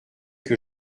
que